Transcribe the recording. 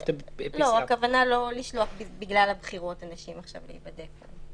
הכוונה לא לשלוח בגלל הבחירות אנשים להיבדק.